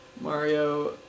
mario